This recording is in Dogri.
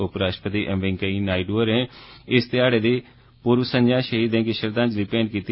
उप राष्ट्रपति एम वैकेइयां नायडू होरें इस ध्याड़े दी पूर्व संज्ञा शहीदें गी श्रद्वांजलि भेंट कीती